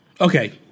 Okay